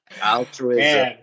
Altruism